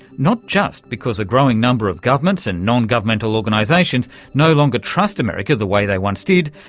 not just because a growing number of governments and non-governmental organisations no longer trust america the way they once did,